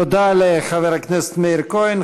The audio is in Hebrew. תודה לחבר הכנסת מאיר כהן.